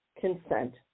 consent